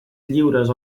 lliures